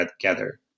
together